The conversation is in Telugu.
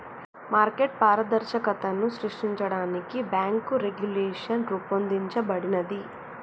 మార్కెట్ పారదర్శకతను సృష్టించడానికి బ్యేంకు రెగ్యులేషన్ రూపొందించబడినాది